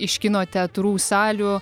iš kino teatrų salių